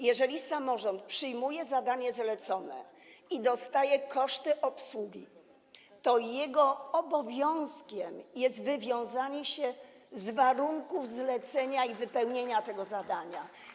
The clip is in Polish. Jeżeli samorząd przyjmuje zadanie zlecone i dostaje pieniądze na jego obsługę, to jego obowiązkiem jest wywiązanie się z warunków zlecenia i wypełnienie tego zadania.